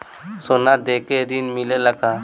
सोना देके ऋण मिलेला का?